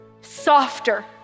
softer